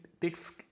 takes